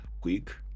quick